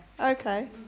Okay